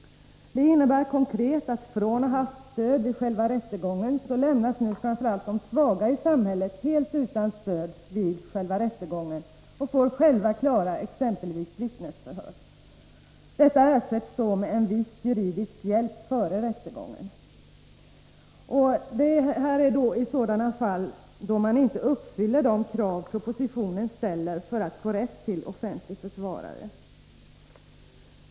Det innebär konkret att framför allt de svaga i samhället från att ha haft stöd vid själva rättegången nu lämnas helt utan stöd och själva får klara exempelvis vittnesförhör. Detta ersätts med en viss juridisk hjälp före rättegången. Dessa förhållanden gäller då man inte uppfyller de krav propositionen ställer för rätt till offentlig försvarare.